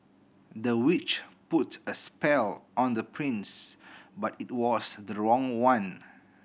the witch put a spell on the prince but it was the wrong one